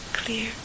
clear